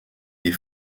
des